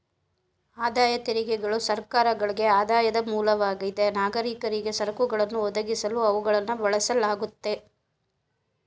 ಆದಾಯ ತೆರಿಗೆಗಳು ಸರ್ಕಾರಗಳ್ಗೆ ಆದಾಯದ ಮೂಲವಾಗಿದೆ ನಾಗರಿಕರಿಗೆ ಸರಕುಗಳನ್ನ ಒದಗಿಸಲು ಅವುಗಳನ್ನ ಬಳಸಲಾಗುತ್ತೆ